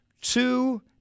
two